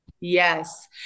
Yes